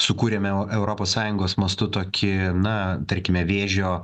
sukūrėme europos sąjungos mastu tokį na tarkime vėžio